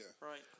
Right